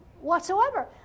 Whatsoever